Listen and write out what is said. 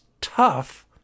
tough